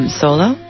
solo